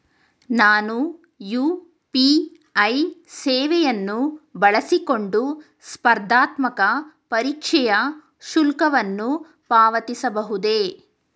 ನಾನು ಯು.ಪಿ.ಐ ಸೇವೆಯನ್ನು ಬಳಸಿಕೊಂಡು ಸ್ಪರ್ಧಾತ್ಮಕ ಪರೀಕ್ಷೆಯ ಶುಲ್ಕವನ್ನು ಪಾವತಿಸಬಹುದೇ?